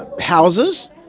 Houses